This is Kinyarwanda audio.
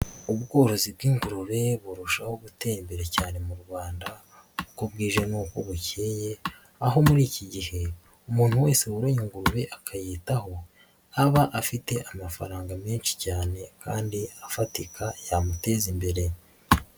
Ubworozi bw'ingurube burushaho gutera imbere cyane mu Rwanda uko bwije nuko bucyeye, aho muri iki gihe umuntu wese woroye ingurube akayitaho, aba afite amafaranga menshi cyane kandi afatika yamuteza imbere.